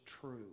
true